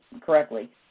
correctly